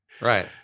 right